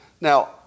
Now